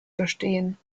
bestehen